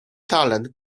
talent